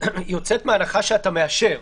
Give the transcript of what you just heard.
יוצאים מתוך הנחה שאתה מאשר.